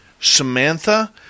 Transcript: Samantha